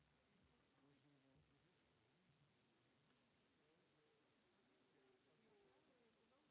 Merci